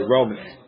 Romans